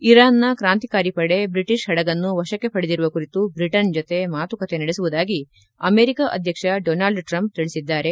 ಇರಾನ್ನ ಕ್ರಾಂತಿಕಾರಿ ಪಡೆ ಬ್ರಿಟಿಷ್ ಹಡಗನ್ನು ವಶಕ್ಕೆ ಪಡೆದಿರುವ ಕುರಿತು ಬ್ರಿಟನ್ ಜೊತೆ ಮಾತುಕತೆ ನಡೆಸುವುದಾಗಿ ಅಮೆರಿಕ ಅಧ್ಯಕ್ಷ ಡೊನಾಲ್ಡ್ ಟ್ರಂಪ್ ತಿಳಿಸಿದ್ದಾರೆ